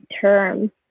term